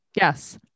Yes